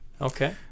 Okay